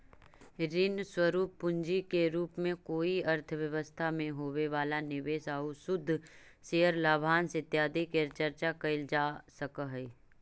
ऋण स्वरूप पूंजी के रूप में कोई अर्थव्यवस्था में होवे वाला निवेश आउ शुद्ध शेयर लाभांश इत्यादि के चर्चा कैल जा सकऽ हई